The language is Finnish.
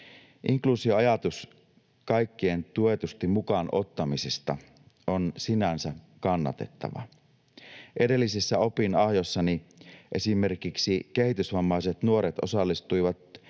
Inkluusioajatus kaikkien mukaan ottamisesta tuetusti on sinänsä kannatettava. Edellisessä opinahjossani esimerkiksi kehitysvammaiset nuoret osallistuivat